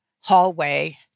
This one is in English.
hallway